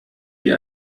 wie